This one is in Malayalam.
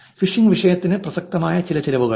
ഫിഷിംഗ് വിഷയത്തിന് പ്രസക്തമായ ചില ചിലവുകൾ